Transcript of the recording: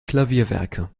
klavierwerke